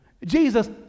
Jesus